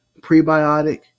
prebiotic